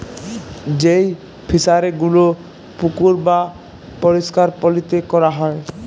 যেই ফিশারি গুলো পুকুর বাপরিষ্কার পালিতে ক্যরা হ্যয়